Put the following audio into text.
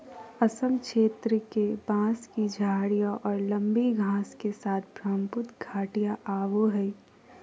असम क्षेत्र के, बांस की झाडियाँ और लंबी घास के साथ ब्रहमपुत्र घाटियाँ आवो हइ